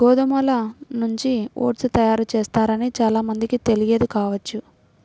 గోధుమల నుంచి ఓట్స్ తయారు చేస్తారని చాలా మందికి తెలియదు కావచ్చు